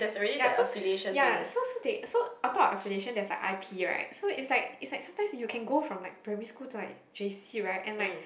ya so ya so so they so on top of affiliation there is like I P right so is like is like sometimes you can go from like primary school to like J_C right and like